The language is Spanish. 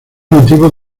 nativos